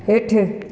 हेठि